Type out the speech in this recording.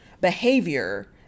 behavior